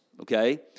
Okay